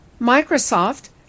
Microsoft